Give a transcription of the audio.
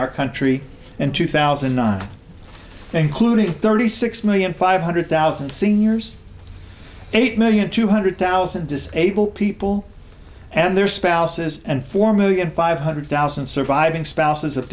our country and two thousand and nine including thirty six million five hundred thousand seniors eight million two hundred thousand disabled people and their spouses and four million five hundred thousand surviving spouses